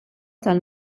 tal